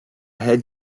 head